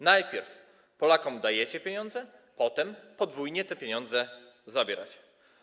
Najpierw Polakom dajecie pieniądze, potem podwójnie te pieniądze zabieracie.